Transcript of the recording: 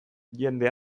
jende